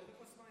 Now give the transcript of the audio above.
שתה כוס מים.